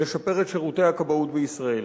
לשפר את שירותי הכבאות בישראל.